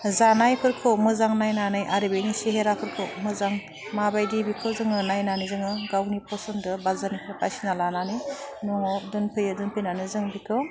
जानायफोरखौ मोजां नायनानै आरो बेनि सेहेराफोरखौ मोजां माबायदि बेखौ जोङो नायनानै जोङो गावनि फसन्थ' बा जेनखा बासिना लानानै न'वाव दोनफैयो दोनफैनानै जों बेखौ